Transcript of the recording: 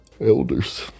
Elders